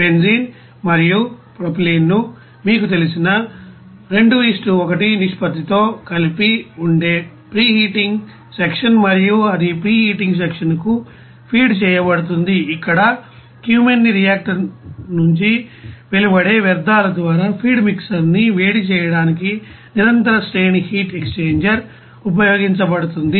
benzene మరియు propylene లను మీకు తెలిసిన 2 1 నిష్పత్తితో కలిపి ఉండే ప్రీహీటింగ్ సెక్షన్ మరియు ఇది ప్రీహీటింగ్ సెక్షన్ కు ఫీడ్ చేయబడుతుంది ఇక్కడ క్యూమెనీ రియాక్టర్ నుంచి వెలువడే వ్యర్థాల ద్వారా ఫీడ్ మిక్సర్ ని వేడి చేయడానికి నిరంతర శ్రేణి హీట్ ఎక్స్ఛేంజర్ ఉపయోగించబడుతుంది